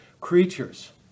creatures